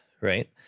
Right